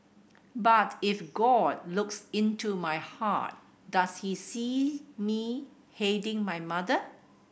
but if God looks into my heart does he see me hating my mother